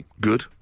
good